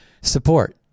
support